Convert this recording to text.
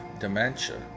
dementia